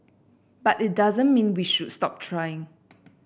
but it doesn't mean we should stop trying